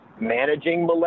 managing